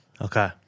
okay